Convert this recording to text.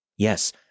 Yes